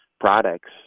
products